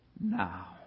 now